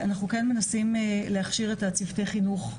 אנחנו כן מנסים להכשיר את צוותי החינוך.